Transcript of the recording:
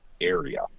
area